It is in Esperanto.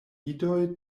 idoj